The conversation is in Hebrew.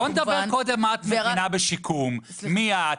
בואי נדבר קודם מה את מבינה בשיקום, מי את?